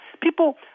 People